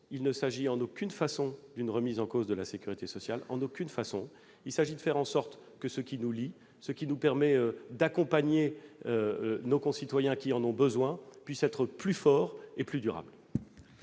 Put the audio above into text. il ne s'agit nullement d'une remise en cause de la sécurité sociale. Il s'agit de faire en sorte que ce qui nous lie et nous permet d'accompagner ceux de nos concitoyens qui en ont besoin puisse être plus fort et plus durable